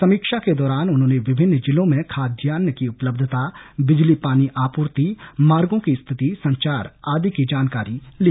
समीक्षा के दौरान उन्होंने विभिन्न जिलों में खाद्यान्न की उपलब्यता बिजली पानी आपूर्ति मार्गों की स्थिति संचार आदि की जानकारी ली